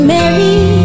Mary